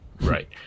Right